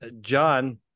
John